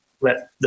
let